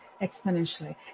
exponentially